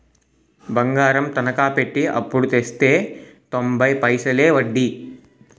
బంగారం తనకా పెట్టి అప్పుడు తెస్తే తొంబై పైసలే ఒడ్డీ